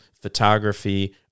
photography